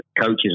coaches